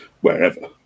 wherever